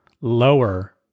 lower